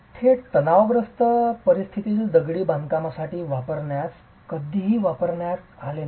थेट तणावग्रस्त परिस्थितीत दगडी बांधकामासाठी वापरण्यास कधीही वापरण्यात आले नाही